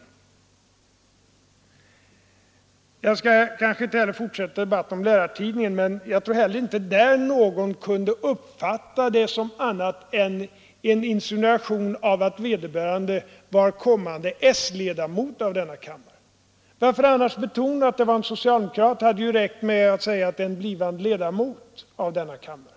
Sedan skall jag inte fortsätta debatten om Lärartidningen, men inte heller där tror jag att någon åhörare kunde uppfatta herr Burenstam Linders ord som något annat än en insinuation om att vederbörande var en kommande s-ledamot av denna kammare. Varför annars betona att det var en socialdemokrat? Det hade ju räckt med att säga en blivande ledamot av denna kammare.